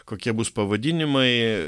kokie bus pavadinimai